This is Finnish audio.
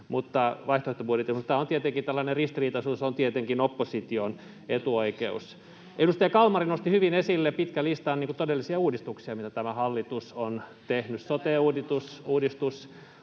vaihtoehtobudjetissa. Mutta tällainen ristiriitaisuus on tietenkin opposition etuoikeus. Edustaja Kalmari nosti hyvin esille pitkän listan todellisia uudistuksia, mitä tämä hallitus on tehnyt: sote-uudistus,